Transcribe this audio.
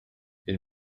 elle